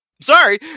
sorry